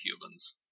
humans